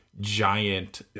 giant